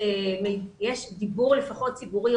יש דיבור רחב לפחות ציבורי,